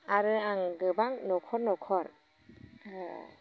आरो आं गोबां न'खर न'खर ओ